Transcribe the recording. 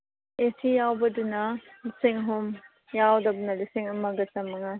ꯑꯦ ꯁꯤ ꯌꯥꯎꯕꯗꯨꯅ ꯂꯤꯁꯤꯡ ꯑꯍꯨꯝ ꯌꯥꯎꯗꯕꯅ ꯂꯤꯁꯤꯡ ꯑꯃꯒ ꯆꯥꯝ ꯃꯉꯥ